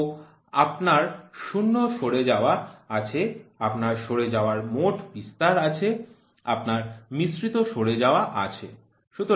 তো আপনার শূন্য সরে যাওয়া আছে সরে যাওয়ার মোট বিস্তার আছে সংমিশ্রিত প্রকারের সরে যাওয়ার ও আছে